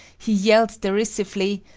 he yelled derisively,